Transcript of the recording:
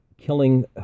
killing